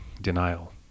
denial